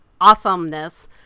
awesomeness